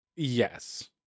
Yes